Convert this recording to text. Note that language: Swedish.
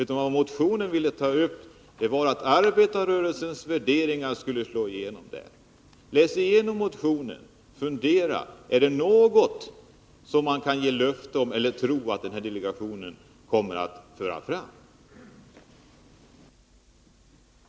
Vad man i motionen önskade var att arbetarrörelsens värderingar skulle slå igenom i delegationens arbete. Läs igenom motionen och fundera över om man på någon punkt kan vänta sig att delegationen kommer att föra fram något av detta!